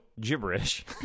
Gibberish